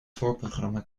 voorprogramma